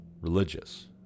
religious